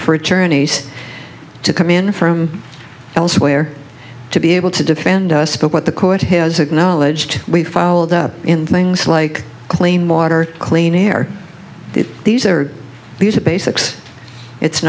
for attorneys to come in from elsewhere to be able to defend us but what the court has acknowledged we filed up in things like clean water clean air these are these are basics it's